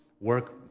work